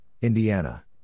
Indiana